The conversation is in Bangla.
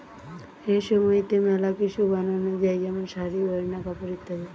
রেশম হইতে মেলা কিসু বানানো যায় যেমন শাড়ী, ওড়না, কাপড় ইত্যাদি